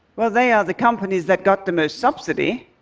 well, they are the companies that got the most subsidy,